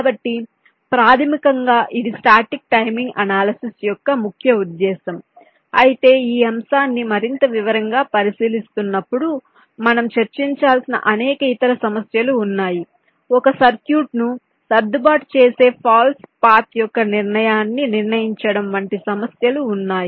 కాబట్టి ప్రాథమికంగా ఇది స్టాటిక్ టైమింగ్ అనాలిసిస్ యొక్క ముఖ్య ఉద్దేశ్యం అయితే ఈ అంశాన్ని మరింత వివరంగా పరిశీలిస్తున్నప్పుడు మనం చర్చించాల్సిన అనేక ఇతర సమస్యలు ఉన్నాయి ఒక సర్క్యూట్ను సర్దుబాటు చేసే ఫాల్స్ పాత్ యొక్క నిర్ణయాన్ని నిర్ణయించడం వంటి సమస్యలు ఉన్నాయి